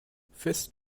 fest